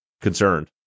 concerned